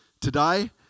today